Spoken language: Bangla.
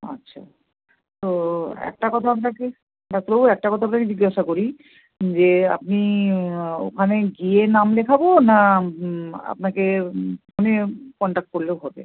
আচ্ছা তো একটা কথা আপনাকে ডাক্তারবাবু একটা কথা আপনাকে জিজ্ঞাসা করি যে আপনি ওখানে গিয়ে নাম লেখাব না আপনাকে ফোনে কনট্যাক্ট করলেও হবে